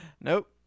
Nope